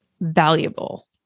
valuable